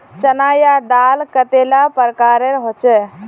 चना या दाल कतेला प्रकारेर होचे?